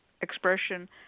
expression